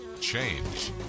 Change